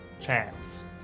chance